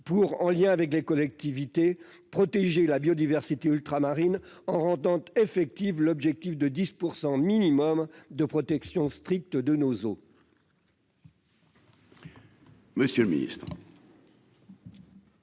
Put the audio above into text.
pour, en lien avec les collectivités, protéger la biodiversité ultramarine en rendant effective l'objectif de 10 % minimum de protection stricte de nos eaux.